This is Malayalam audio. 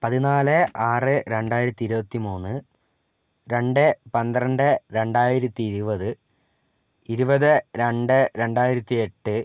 പതിനാല് ആറ് രണ്ടായിരത്തി ഇരുപത്തി മൂന്ന് രണ്ട് പന്ത്രണ്ട് രണ്ടായിരത്തി ഇരുപത് ഇരുപത് രണ്ട് രണ്ടായിരത്തി എട്ട്